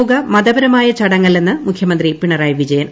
യോഗ മതപരമായ ചടങ്ങല്ലെന്ന് മുഖ്യമന്ത്രി പിണറായി വിജയൻ